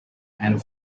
and